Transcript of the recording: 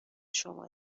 شما